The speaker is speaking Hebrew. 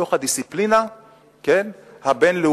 מתוך הדיסציפלינה הבין-לאומית,